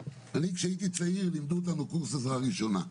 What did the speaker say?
כשהייתי צעיר לימדו אותנו קורס עזרה ראשונה,